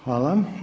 Hvala.